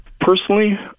Personally